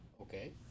Okay